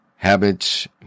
Habits